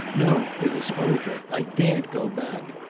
no it is over. i daren't go back.